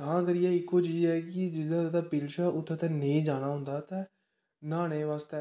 तां करियै इक चीज़ एह् ऐ कि जित्थें पिल्श ऐ उत्थें नेंई जानां होंदा ते न्हानैं बास्तै